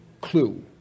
clue